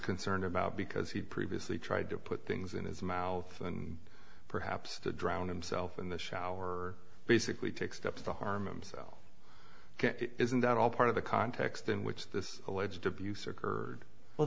concerned about because he'd previously tried to put things in his mouth and perhaps to drown himself in the shower or basically take steps to harm himself isn't that all part of the context in which this alleged abuse occurred well